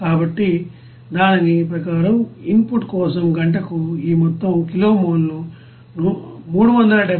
కాబట్టి దాని ప్రకారం ఇన్ పుట్ కోసం గంటకు ఈ మొత్తం కిలో మోల్ ను 374